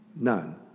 None